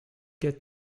get